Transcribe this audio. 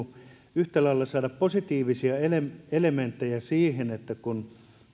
yhtä lailla saada positiivisia elementtejä siihenkin kun